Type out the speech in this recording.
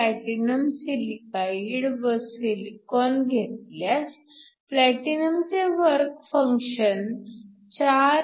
platinum silicide व silicon घेतल्यास प्लॅटिनमचे वर्क फंक्शन 4